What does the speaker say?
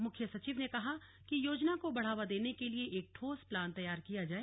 मुख्य सचिव ने कहा कि योजना को बढ़ावा देने के लिए एक ठोस प्लान तैयार किया जाए